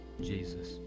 Jesus